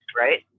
right